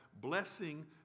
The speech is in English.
Blessing